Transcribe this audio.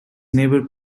neighbor